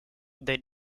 they